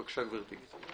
בבקשה גברתי.